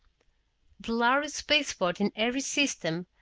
the lhari spaceport in every system,